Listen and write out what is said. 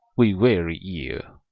we weary you.